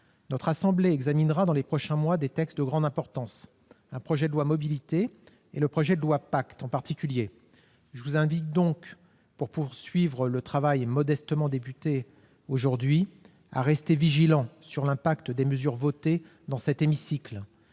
Notre assemblée examinera dans les prochains mois des textes de grande importance- projet de loi Mobilités, projet de loi PACTE, par exemple ... Je vous invite, pour poursuivre le travail modestement entamé aujourd'hui, à rester vigilants sur l'impact des mesures votées dans cet hémicycle.